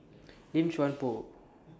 Lim Chuan Poh